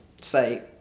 say